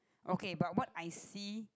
okay but what I see